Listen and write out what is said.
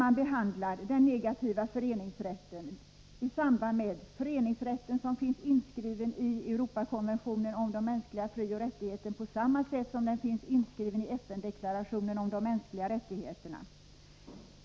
man behandlar den negativa föreningsrätten i samband med den föreningsrätt som finns inskriven i Europakonventionen om de mänskliga frioch rättigheterna, på samma sätt som den finns inskriven i FN-deklarationen om de mänskliga rättigheterna.